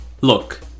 Look